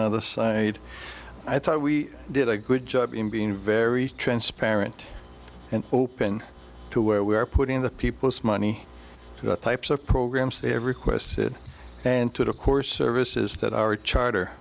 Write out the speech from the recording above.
the other side i thought we did a good job in being very transparent and open to where we are putting the people's money to the types of programs they have requested and to the core services that our charter